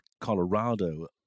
Colorado